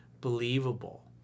believable